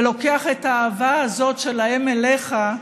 לוקח את האהבה הזו שלהם אליך,